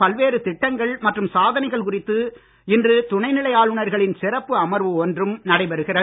பல்வேறு திட்டங்கள் மற்றும் சாதனைகள் குறித்து இன்று துணை நிலை ஆளுநர்களின் சிறப்பு அமர்வு ஒன்றும் நடைபெறுகிறது